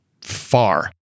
far